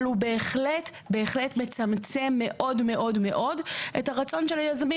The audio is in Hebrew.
אבל הוא בהחלט מצמצם מאוד מאוד את הרצון של היזמים